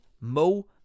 Mo